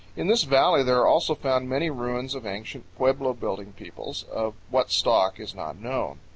in this valley there are also found many ruins of ancient pueblo-building peoples of what stock is not known.